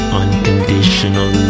unconditional